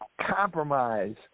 compromise